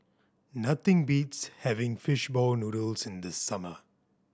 nothing beats having fish ball noodles in the summer